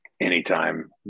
anytime